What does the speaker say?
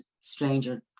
stranger